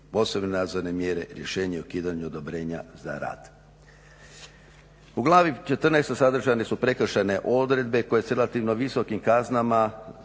posebne nadzorne, rješenje o ukidanju odobrenja za rad. U Glavi XIV. sadržane su prekršajne odredbe koje se relativno visokim kaznama